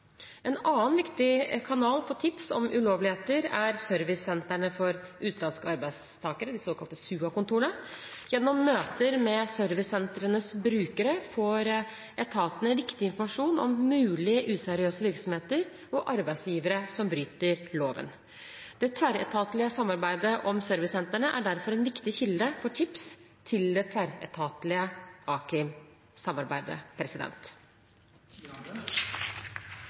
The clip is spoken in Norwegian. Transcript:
En annen viktig kanal for tips om ulovligheter er servicesentrene for utenlandske arbeidstakere, de såkalte SUA-kontorene. Gjennom møter med servicesentrenes brukere får etatene viktig informasjon om mulige useriøse virksomheter og arbeidsgivere som bryter loven. Det tverretatlige samarbeidet om servicesentrene er derfor en viktig kilde til tips til det tverretatlige